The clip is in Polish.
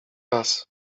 raz